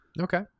Okay